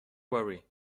worry